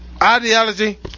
Ideology